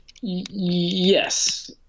Yes